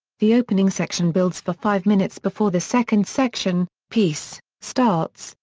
the opening section builds for five minutes before the second section, peace, starts,